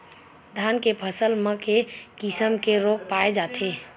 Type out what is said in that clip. धान के फसल म के किसम के रोग पाय जाथे?